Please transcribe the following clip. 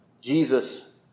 Jesus